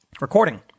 recording